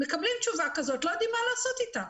מקבלים תשובה כזאת, לא יודעים מה לעשות איתה.